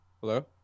Hello